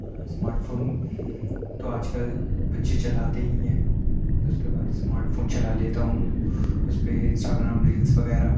smart phone تو آج کل بچے چلاتے ہی ہیں تو اِس کے بعد اسمارٹ فون چلا لیتا ہوں اُس پہ انسٹاگرام ریلس وغیرہ